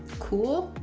cool?